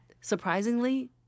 surprisingly